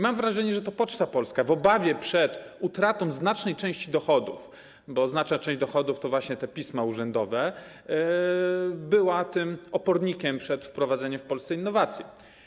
Mam wrażenie, że to Poczta Polska w obawie przed utratą znacznej części dochodów, bo znaczną część dochodów zapewniają właśnie te pisma urzędowe, była tym opornikiem przed wprowadzeniem w Polsce innowacji.